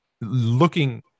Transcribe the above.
looking